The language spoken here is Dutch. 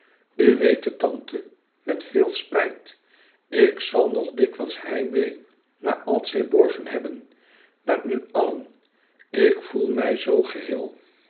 weet het tante met veel spijt ik zal nog dikwijls heimwee naar altseeborgen hebben naar u allen ik voel mij zoo geheel